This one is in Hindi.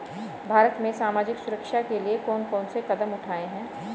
भारत में सामाजिक सुरक्षा के लिए कौन कौन से कदम उठाये हैं?